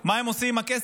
מה הם עושים עם הכסף,